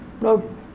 no